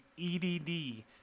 EDD